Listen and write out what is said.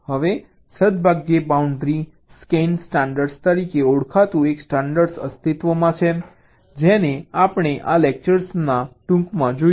હવે સદભાગ્યે boundary scan standard તરીકે ઓળખાતું એક સ્ટાન્ડર્ડ્સ અસ્તિત્વમાં છે જેને આપણે આ લેક્ચરમાં ટૂંકમાં જોઈશું